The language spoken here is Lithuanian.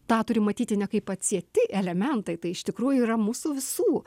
tą turim matyti ne kaip atsieti elementai tai iš tikrųjų yra mūsų visų